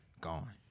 gone